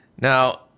Now